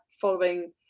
following